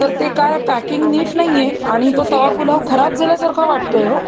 तर ते काय पॅकिंग नीट नाही आहे आणि तो तवा पुलाव खराब झाल्यासारखा वाटतो आहे हो